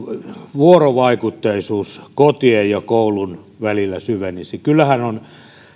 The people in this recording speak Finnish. vuorovaikutteisuus kotien ja koulun välillä syvenisi kyllähän on